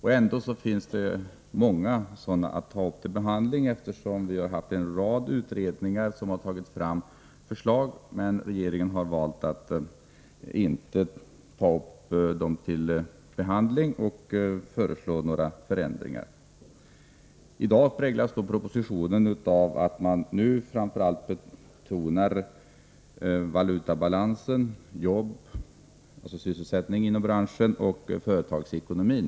En mängd utredningar har presenterat förslag, och det har således funnits en rad sådana att ta upp till behandling, men regeringen har valt att inte föreslå några förändringar. Den nu aktuella propositionen präglas framför allt av att man betonar valutabalansen, sysselsättningen inom branschen och företagsekonomin.